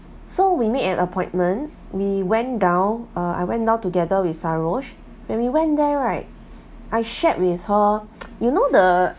so we made an appointment we went down uh I went down together with sarosh and we went there right I shared with her you know the